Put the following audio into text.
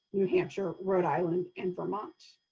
new hampshire, rhode island, and vermont.